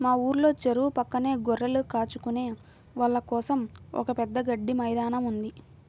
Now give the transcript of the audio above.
మా ఊర్లో చెరువు పక్కనే గొర్రెలు కాచుకునే వాళ్ళ కోసం ఒక పెద్ద గడ్డి మైదానం ఉంది